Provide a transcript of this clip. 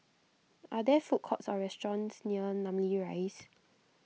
are there food courts or restaurants near Namly Rise